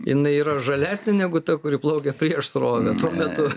jinai yra žalesnė negu ta kuri plaukia prieš srovę tuo metu